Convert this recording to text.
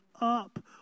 up